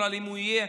בכלל אם הוא יהיה,